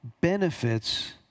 benefits